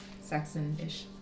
Saxon-ish